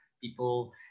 people